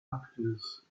actors